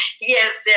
Yes